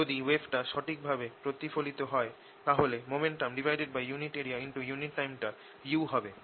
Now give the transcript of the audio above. যদি ওয়েভটা সঠিক ভাবে প্রতিফলিত হয় তাহলে Momentumunit areaunit time টা u হবে